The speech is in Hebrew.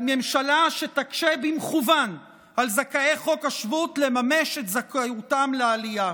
ממשלה שתקשה במכוון על זכאי חוק השבות לממש את זכאותם לעלייה,